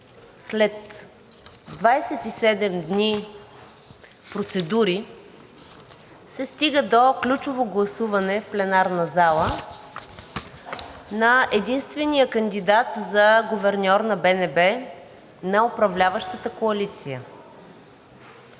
След 27 дни процедури се стига до ключово гласуване в пленарната зала на единствения кандидат за гуверньор на БНБ на управляващата коалиция.